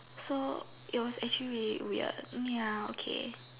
so it was actually really weird ya okay